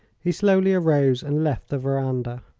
he slowly arose and left the veranda.